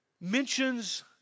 mentions